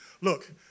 look